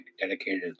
dedicated